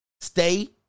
Stay